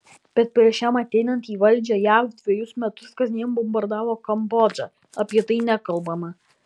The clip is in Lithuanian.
bet prieš jam ateinant į valdžią jav dvejus metus kasdien bombardavo kambodžą apie tai nekalbama